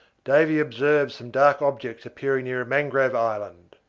davy observed some dark objects appearing near a mangrove island.